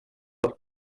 lawr